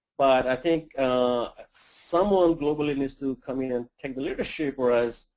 but i think someone globally needs to come in and take the leadership for us,